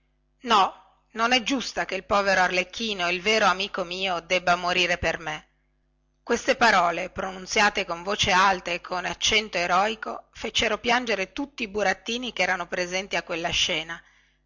no non è giusta che il povero arlecchino il vero amico mio debba morire per me queste parole pronunziate con voce alta e con accento eroico fecero piangere tutti i burattini che erano presenti a quella scena